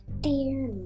dear